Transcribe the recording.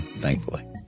thankfully